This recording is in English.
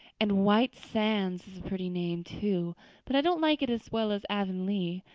and white sands is a pretty name, too but i don't like it as well as avonlea.